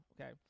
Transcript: okay